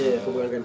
ni aku pegang kan